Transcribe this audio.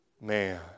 man